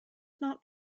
not